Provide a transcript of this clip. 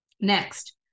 Next